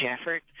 effort